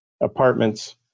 apartments